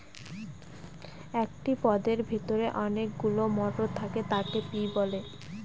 একটি পদের ভেতরে যখন অনেকগুলো মটর থাকে তাকে পি বলে